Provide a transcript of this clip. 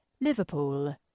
Liverpool